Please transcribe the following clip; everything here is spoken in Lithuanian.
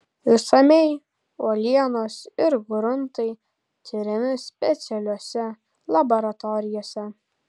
išsamiai uolienos ir gruntai tiriami specialiose laboratorijose